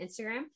Instagram